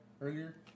Earlier